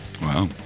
Wow